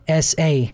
SA